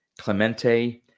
Clemente